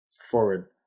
Forward